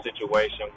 situation